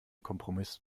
kompromiss